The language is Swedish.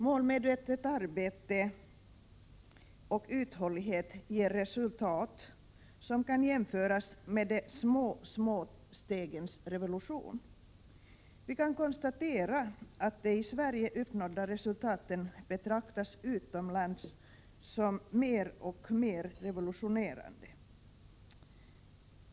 Målmedvetet arbete och uthållighet ger resultat som kan jämföras med de små, små stegens revolution. Vi kan konstatera att de i Sverige uppnådda resultaten utomlands betraktas som mer och mer revolutionerande.